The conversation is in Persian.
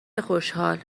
خوشحال